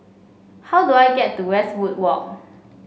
how do I get to Westwood Walk